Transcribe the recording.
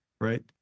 right